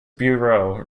bureau